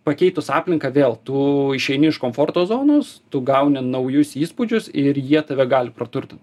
pakeitus aplinką vėl tu išeini iš komforto zonos tu gauni naujus įspūdžius ir jie tave gali praturtint